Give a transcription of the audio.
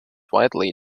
widely